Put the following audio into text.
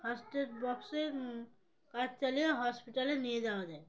first aid বক্সে কাজ চালিয়ে হসপিটালে নিয়ে যাওয়া যায়